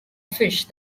fish